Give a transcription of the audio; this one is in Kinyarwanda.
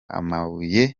amabuye